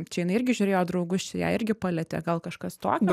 čia jinai irgi žiūrėjo draugus čia ją irgi palietė gal kažkas tokio